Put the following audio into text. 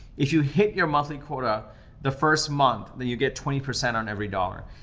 if you hit your monthly quota the first month, then you get twenty percent on every dollar.